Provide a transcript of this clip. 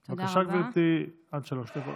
בבקשה, גברתי, עד שלוש דקות.